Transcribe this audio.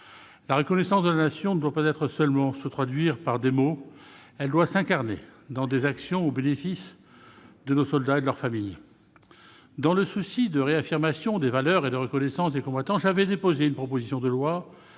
La reconnaissance de la Nation ne doit pas seulement se traduire dans des mots. Elle doit s'incarner dans des actions au bénéfice de nos soldats et de leurs familles. Dans le souci de réaffirmation des valeurs et de reconnaissance des combattants, j'avais déposé une proposition de loi